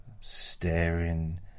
staring